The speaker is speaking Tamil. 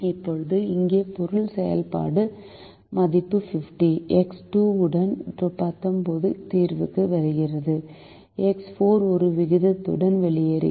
இப்போது இங்கே பொருள் செயல்பாடு மதிப்பு 50 எக்ஸ் 2 உடன் 19 தீர்வுக்கு வருகிறது எக்ஸ் 4 ஒரு விகிதத்துடன் வெளியேறுகிறது